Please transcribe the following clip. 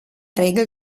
regel